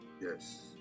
Yes